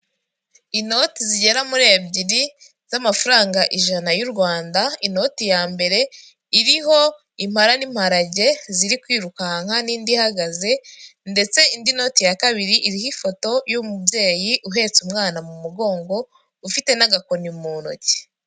Inoti zigera muri ebyiri z'amafaranga ijana y'u rwanda, inoti ya mbere iriho impala n'imparage, ziri kwirukanka n'indi ihagaze ndetse indi noti ya kabiri, iriho ifoto y'umubyeyi uhetse umwana mu mugongo, ufite n'agakoni mu ntoki.